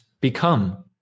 become